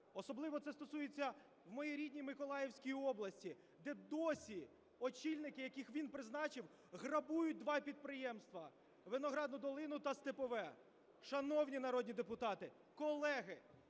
Особливо це стосується в моїй рідній Миколаївській області, де досі очільники, яких він призначив, грабують два підприємства – "Виноградну долину" та "Степове". Шановні народні депутати, колеги,